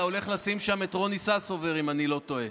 אתה הולך לשים שם את רוני ססובר, אם אני לא טועה.